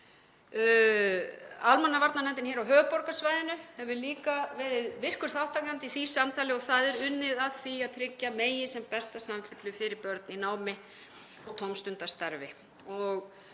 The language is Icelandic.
Almannavarnanefndin hér á höfuðborgarsvæðinu hefur líka verið virkur þátttakandi í því samtali og það er unnið að því að tryggja megi sem besta samfellu fyrir börn í námi og tómstundastarfi.